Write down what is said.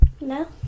No